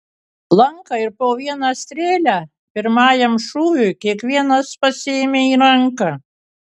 lanką ir po vieną strėlę pirmajam šūviui kiekvienas pasiėmė į ranką